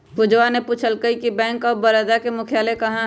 पूजवा ने पूछल कई कि बैंक ऑफ बड़ौदा के मुख्यालय कहाँ हई?